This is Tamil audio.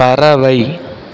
பறவை